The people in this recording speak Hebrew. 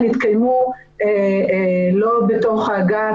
-- שהדיונים יתקיימו לא בתוך האגף.